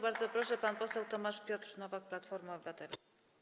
Bardzo proszę, pan poseł Tomasz Piotr Nowak, Platforma Obywatelska.